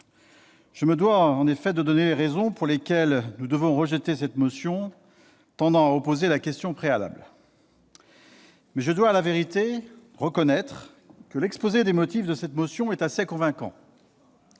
Je me dois en effet de donner les raisons pour lesquelles nous devons rejeter cette motion tendant à opposer la question préalable, mais je dois, à la vérité, reconnaître que l'objet de cette motion est assez convaincant.